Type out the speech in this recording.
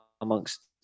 amongst